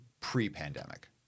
pre-pandemic